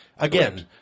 Again